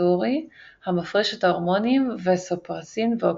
פאראוונטריקולרי המפריש את ההורמונים וזופרסין ואוקסיטוצין,